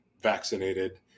vaccinated